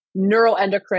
neuroendocrine